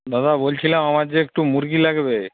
দাদা বলছিলাম আমার যে একটু মুরগি লাগবে